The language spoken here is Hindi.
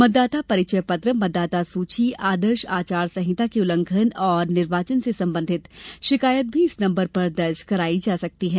मतदाता परिचय पत्र मतदाता सुची आदर्श आचार संहिता के उल्लंघन और निर्वाचन से संबंधित शिकायत भी इस नंबर पर दर्ज करायी जा सकती है